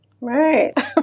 right